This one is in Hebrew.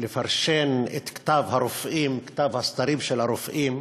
לפרשן את כתב הרופאים, כתב הסתרים של הרופאים,